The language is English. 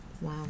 Wow